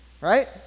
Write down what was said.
right